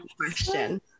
question